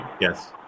yes